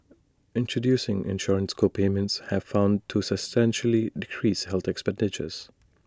introducing insurance co payments have found to substantially decrease health expenditures